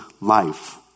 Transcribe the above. life